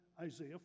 Isaiah